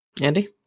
Andy